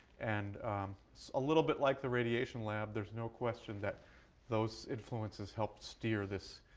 and a little bit like the radiation lab, there's no question that those influences helped steer this